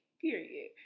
period